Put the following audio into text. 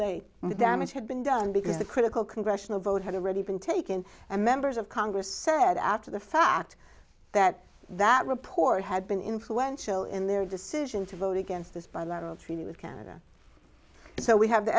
late damage had been done because the critical congressional vote had already been taken and members of congress said after the fact that that report had been influential in their decision to vote against this bilateral treaty with canada so we have the